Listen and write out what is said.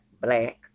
black